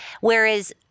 whereas